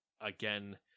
again